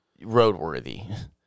roadworthy